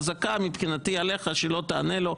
חזקה מבחינתי עליך שלא תיענה לו,